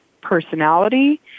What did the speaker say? personality